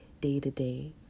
day-to-day